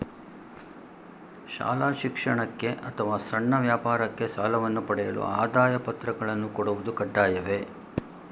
ಶಾಲಾ ಶಿಕ್ಷಣಕ್ಕೆ ಅಥವಾ ಸಣ್ಣ ವ್ಯಾಪಾರಕ್ಕೆ ಸಾಲವನ್ನು ಪಡೆಯಲು ಆದಾಯ ಪತ್ರಗಳನ್ನು ಕೊಡುವುದು ಕಡ್ಡಾಯವೇ?